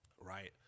right